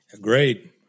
Great